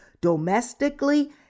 domestically